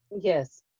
Yes